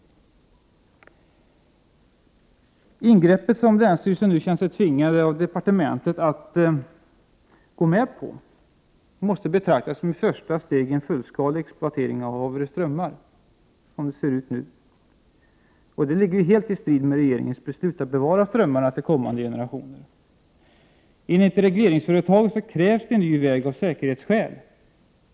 Det ingrepp som länsstyrelsen nu känner sig tvingad av departementet att gå med på måste som det ser ut nu betraktas som ett första steg i en fullskalig exploatering av Haverö strömmar. Det ligger helt i strid med regeringens beslut att bevara strömmarna för kommande generationer. Enligt regleringsföretaget krävs det en ny väg av säkerhetsskäl.